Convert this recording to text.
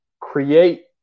create